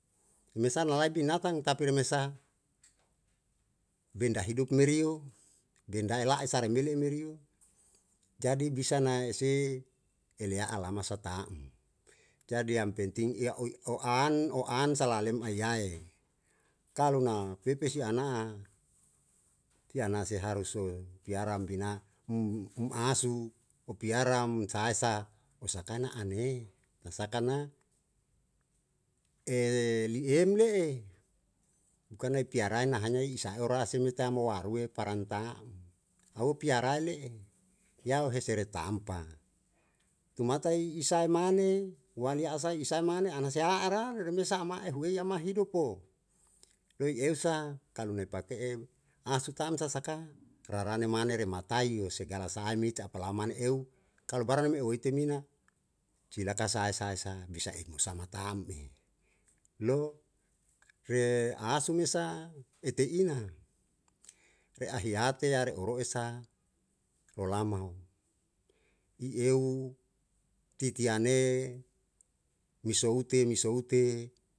Umesa na lae binatang tapi remesa benda hidup merio benda ela'e sa re mele' merio, jadi bisa nae se ele'a a lama ta'm jadi yang penting ia oi o an o an salalem ahiae kalu na pepesi ana kiana se haruso piara mbina um asu u piara um sahae sa osakae na ane na sakana e li'em le'e bukan na ipiarae na hanya isae ora asei me tam mo aruwe paran ta'm. au piarae le'e yau hesere tampa tumatai isae mane wali asae isae mane anasi a arau reremesa ama ehuei ama hidupo wei eusa kalu me pake'e asu tam sa saka rarane mane rematai o segala sahae mite apalau mane eu, kalu barang me oeitemina cilaka sahae esa esa bisa emusa mata'm'e lo re asu mesa eteina re ahiate ya reoro esa olamao i eu titiane mi soute mi soute.